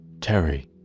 Terry